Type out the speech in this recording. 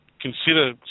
consider